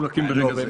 מחולקים ברגע זה.